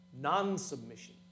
non-submission